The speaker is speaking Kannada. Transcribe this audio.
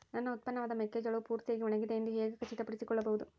ನನ್ನ ಉತ್ಪನ್ನವಾದ ಮೆಕ್ಕೆಜೋಳವು ಪೂರ್ತಿಯಾಗಿ ಒಣಗಿದೆ ಎಂದು ಹೇಗೆ ಖಚಿತಪಡಿಸಿಕೊಳ್ಳಬಹುದು?